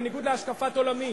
בניגוד להשקפת עולמי